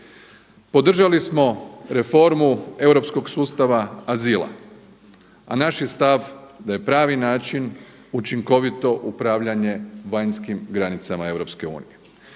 Podržali smo reformu europskog sustava azila, a naš je stav da je pravi način učinkovito upravljanje vanjskim granicama EU.